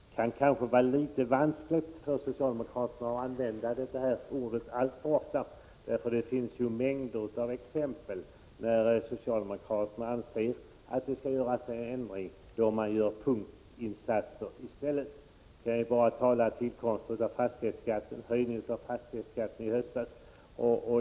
Det kan kanske vara litet vanskligt för socialdemokraterna att använda det ordet alltför ofta — det finns ju mängder av exempel på att socialdemokraterna i stället gjort punktinsatser när man velat ha till stånd ändringar. Jag kan 59 Prot. 1986/87:104 bara påminna om tillkomsten av fastighetsskatten och höjningen av fastig hetsskatten i höstas.